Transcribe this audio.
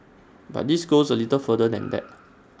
but this goes A little further than that